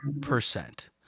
percent